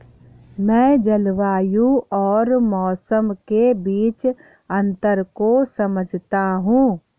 मैं जलवायु और मौसम के बीच अंतर को समझता हूं